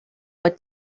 what